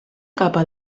capa